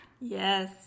Yes